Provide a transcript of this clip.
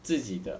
自己的